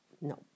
No